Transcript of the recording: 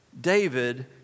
David